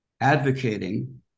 advocating